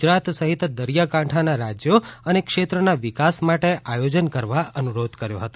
ગુજરાત સહિત દરિયાકાંઠાના રાજયો અને ક્ષેત્રના વિકાસ માટે આયોજન કરવા અનુરોધ કર્યો હતો